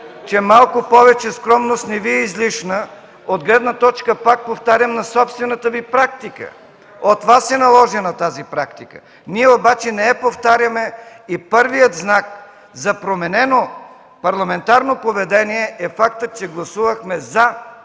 че малко повече скромност не Ви е излишна от гледна точка, пак повтарям, на собствената Ви практика. От Вас е наложена тази практика. Ние обаче не я повтаряме и първият знак за променено парламентарно поведение е фактът, че гласувахме „за” процедурното